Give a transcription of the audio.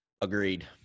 Agreed